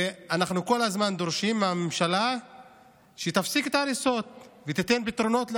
ואנחנו כל הזמן דורשים מהממשלה שתפסיק את ההריסות ותיתן פתרונות לאנשים,